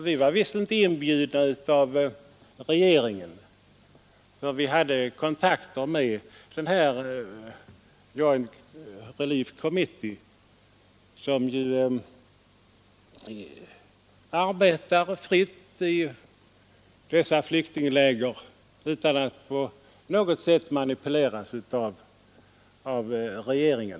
Vi var inte inbjudna av regeringen men hade förhandskontakter bl.a. med Joint Relief Committee, som ju arbetar fritt i de nämnda flyktinglägren utan att på något sätt manipuleras av regeringen.